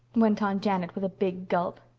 went on janet with a big gulp,